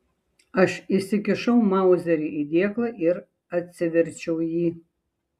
aš įsikišau mauzerį į dėklą ir atsiverčiau jį